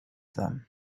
them